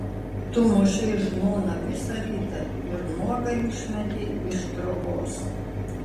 tu mušei žmoną visą rytą ir nuogą išmetei iš trobos